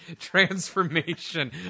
transformation